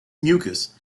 mucus